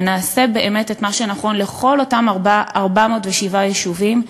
ונעשה באמת את מה שנכון לכל אותם 407 יישובים,